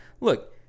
Look